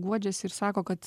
guodžiasi ir sako kad